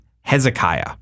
Hezekiah